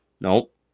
Nope